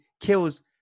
kills